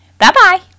Bye-bye